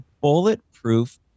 bulletproof